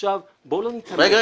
עכשיו בואו לא ניתמם --- רגע,